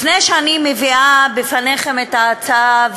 לפני שאני מביאה בפניכם את ההצעה,